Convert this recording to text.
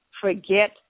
forget